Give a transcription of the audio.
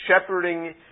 shepherding